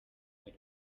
bari